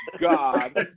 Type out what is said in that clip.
God